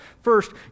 First